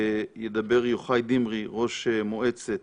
ידבר יוחאי דמרי, ראש מועצת